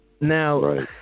now